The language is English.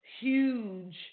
huge